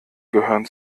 gehören